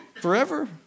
forever